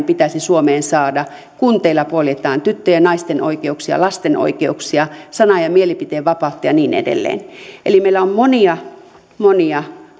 pitäisi suomeen saada kun teillä poljetaan tyttöjen ja naisten oikeuksia lasten oikeuksia sanan ja mielipiteenvapautta ja niin edelleen eli meillä on monia monia